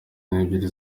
n’ebyiri